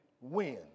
win